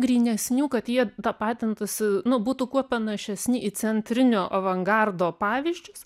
grynesnių kad jie tapatintųsi nu būtų kuo panašesni į centrinio avangardo pavyzdžius